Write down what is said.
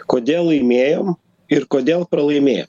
kodėl laimėjom ir kodėl pralaimėjo